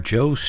Joe